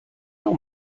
نوع